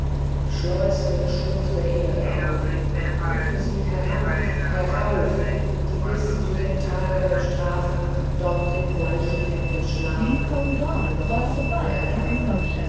schleuß den schoß der erde auf rufe sie herauf herauf die bis zu dem tag der strafen dort im leichenhemde schlafen ohne hoffen der erbarmung